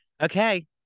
Okay